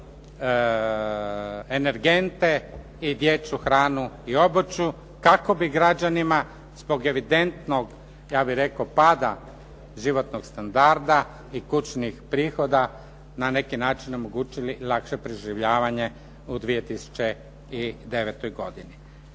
energente i dječju hranu i obuću kako bi građanima zbog evidentnog, ja bih rekao pada životnog standarda i kućnih prihoda, na neki način omogućili lakše preživljavanje u 2009. godini.